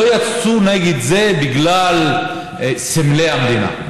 לא יצאו נגד זה בגלל סמלי המדינה.